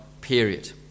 period